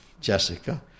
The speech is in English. Jessica